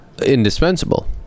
indispensable